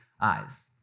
eyes